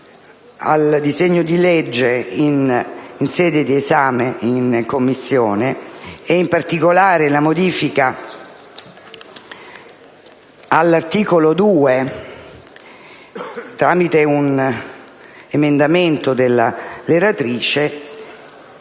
al disegno di legge in sede di esame in Commissione, in particolare la modifica all'articolo 2 tramite un emendamento della relatrice,